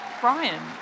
Brian